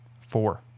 Four